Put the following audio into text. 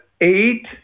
eight